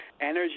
energy